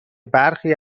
برخی